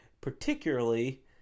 particularly